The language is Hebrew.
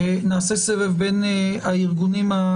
נעשה סבב בין הארגונים האזרחיים.